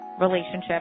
relationship